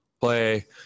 play